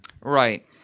Right